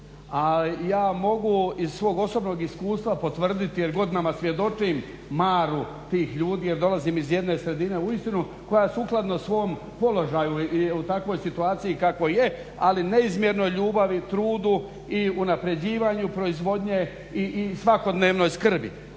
A ja mogu iz svog osobnog iskustva potvrditi jer godinama svjedočim maru tih ljudi jer dolazim iz jedne sredine uistinu koja sukladno svom položaju i u takvoj situaciji kakvoj je, ali i neizmjernoj ljubavi, trudu i unapređivanju proizvodnje i svakodnevnoj skrbi.